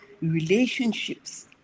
relationships